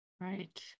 right